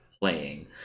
playing